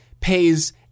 pays